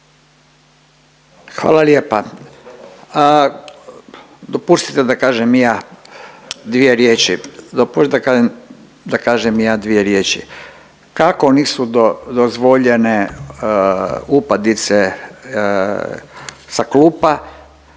dvije riječi, dopustite da kažem i ja dvije riječi. Kako nisu dozvoljene upadice sa klupa,